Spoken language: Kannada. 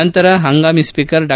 ನಂತರ ಹಂಗಾಮಿ ಸ್ವೀಕರ್ ಡಾ